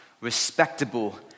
respectable